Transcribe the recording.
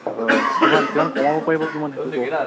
হয় কিমান কিমান কমাব পাৰিব কিমান সেইটো কওক